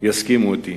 יסכימו אתי.